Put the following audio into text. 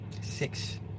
Six